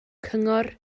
cyngor